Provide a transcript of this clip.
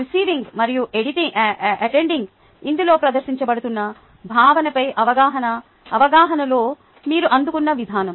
receiving మరియు attending ఇందులో ప్రదర్శించబడుతున్న భావనపై అవగాహన అవగాహనలో మీరు అందుకున్న విధానం